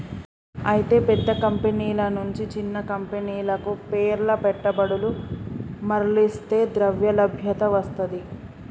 అయితే పెద్ద కంపెనీల నుంచి చిన్న కంపెనీలకు పేర్ల పెట్టుబడులు మర్లిస్తే ద్రవ్యలభ్యత వస్తది